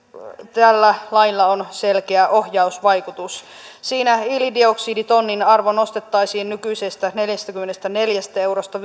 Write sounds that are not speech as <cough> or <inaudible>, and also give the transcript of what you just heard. tällä lailla on selkeä ohjausvaikutus siinä hiilidioksiditonnin arvo nostettaisiin nykyisestä neljästäkymmenestäneljästä eurosta <unintelligible>